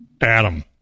Adam